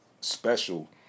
special